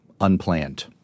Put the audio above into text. unplanned